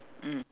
mm